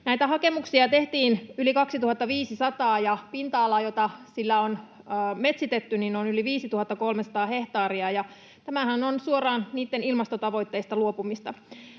Näitä hakemuksia tehtiin yli 2 500, ja pinta-ala, jota sillä on metsitetty, on yli 5 300 hehtaaria, ja tämähän on suoraan ilmastotavoitteista luopumista.